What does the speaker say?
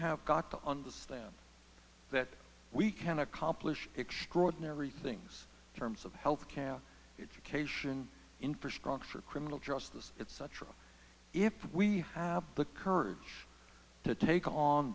have got to understand that we can accomplish extraordinary things terms of health care education infrastructure criminal justice it's such if we have the courage to take on